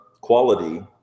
quality